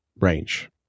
range